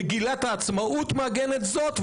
מגילת העצמאות מעגנת זאת,